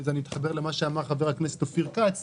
ואני מתחבר למה שאמר חבר הכנסת אופיר כץ,